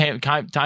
Time